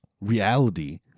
reality